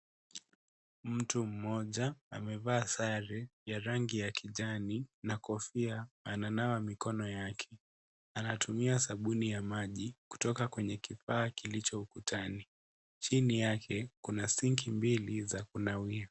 Mtu mmoja amevaa sare ya rangi ya kijani na kofia ananawa mikono yake, anatumia sabuni ya maji kutoka kwenye kifaa kilicho ukutani, chini yake kuna sink mbili za kunawia.